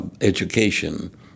education